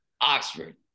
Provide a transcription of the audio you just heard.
Oxford